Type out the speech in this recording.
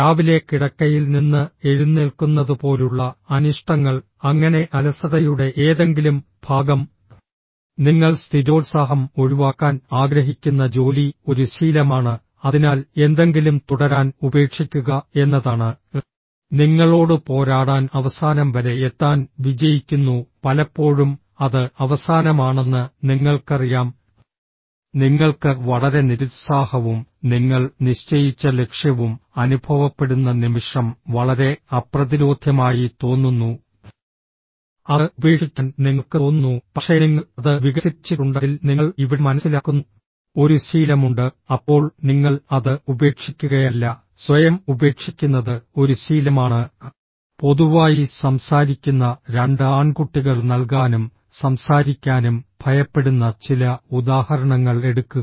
രാവിലെ കിടക്കയിൽ നിന്ന് എഴുന്നേൽക്കുന്നത് പോലുള്ള അനിഷ്ടങ്ങൾ അങ്ങനെ അലസതയുടെ ഏതെങ്കിലും ഭാഗം നിങ്ങൾ സ്ഥിരോത്സാഹം ഒഴിവാക്കാൻ ആഗ്രഹിക്കുന്ന ജോലി ഒരു ശീലമാണ് അതിനാൽ എന്തെങ്കിലും തുടരാൻ ഉപേക്ഷിക്കുക എന്നതാണ് നിങ്ങളോട് പോരാടാൻ അവസാനം വരെ എത്താൻ വിജയിക്കുന്നു പലപ്പോഴും അത് അവസാനമാണെന്ന് നിങ്ങൾക്കറിയാം നിങ്ങൾക്ക് വളരെ നിരുത്സാഹവും നിങ്ങൾ നിശ്ചയിച്ച ലക്ഷ്യവും അനുഭവപ്പെടുന്ന നിമിഷം വളരെ അപ്രതിരോധ്യമായി തോന്നുന്നു അത് ഉപേക്ഷിക്കാൻ നിങ്ങൾക്ക് തോന്നുന്നു പക്ഷേ നിങ്ങൾ അത് വികസിപ്പിച്ചിട്ടുണ്ടെങ്കിൽ നിങ്ങൾ ഇവിടെ മനസ്സിലാക്കുന്നു ഒരു ശീലമുണ്ട് അപ്പോൾ നിങ്ങൾ അത് ഉപേക്ഷിക്കുകയല്ല സ്വയം ഉപേക്ഷിക്കുന്നത് ഒരു ശീലമാണ് പൊതുവായി സംസാരിക്കുന്ന രണ്ട് ആൺകുട്ടികൾ നൽകാനും സംസാരിക്കാനും ഭയപ്പെടുന്ന ചില ഉദാഹരണങ്ങൾ എടുക്കുക